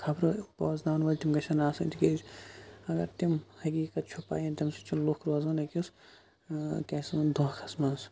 خَبرٕ بوزناوان وٲلۍ تِم گَژھَن آسٕنۍ تکیازِ اَگَر تِم حقیقَت چھُپایَن تمہِ سۭتۍ چھِ لُکھ روزان أکِس کیا چھِس وَنان دونکھس مَنٛز